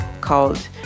called